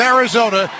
Arizona